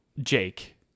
jake